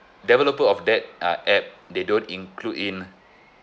developer of that uh app they don't include in